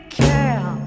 care